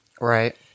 right